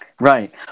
right